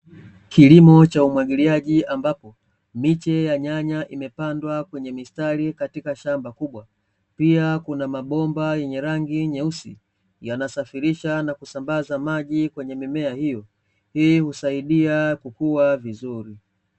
Kilimo cha umwagiliaji, ambapo miche ya nyanya imepandwa kwenye mistari katika shamba kubwa, pia kuna mabomba yenye rangi nyeusi yanasafirisha na kusambaza maji kwenye mimea hiyo. Hii husaidia kukua vizuri.